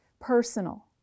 personal